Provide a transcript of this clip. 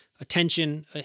attention